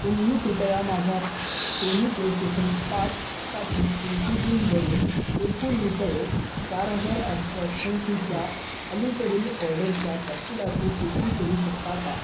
तुम्ही कृपया माझ्या सोनी प्लेस्टेशन पाचसाठी इन्फिबिमवरून एकूण रुपये चार हजार आठशे अठ्ठ्याऐंशी अलीकडील ऑर्डरच्या तपशिलाची पुष्टी करू शकता का